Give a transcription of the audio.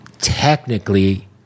Technically